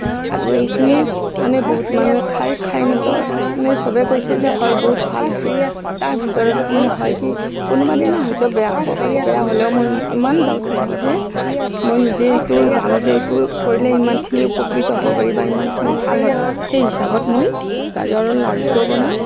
আৰু এইখিনি মানে বহুত মানুহে খায় খাই মাত্ৰ এনে চবেই কৈছে যে হয় বহুত ভাল হৈছে তাৰ ভিতৰত মানে হয় কি কোনোবাদিনা হয়তো বেয়া হ'ব পাৰে বেয়া হ'লেও মই ইমান ডাউট নহওঁ যে মই নিজে এইটো জানো যে এইটো কৰিলে ইমানখিনি উপকৃত হ'ব পাৰি বা ইমানখিনি ভাল হয় সেই হিচাপত মই গাজৰৰ লাড়ুটোও বনাওঁ